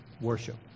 worship